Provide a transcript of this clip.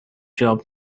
job